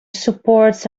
supports